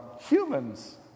humans